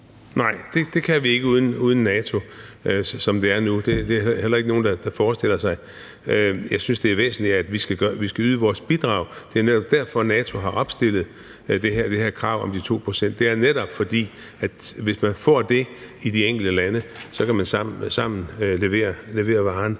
Nej, det kan vi ikke uden NATO, som det er nu. Det er der heller ikke nogen, der forestiller sig. Jeg synes, det er væsentligt, at vi skal yde vores bidrag. Det er netop derfor, at NATO har fremsat det her krav om de 2 pct. For hvis man netop får det i de enkelte lande, kan man sammen levere varen.